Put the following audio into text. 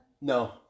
No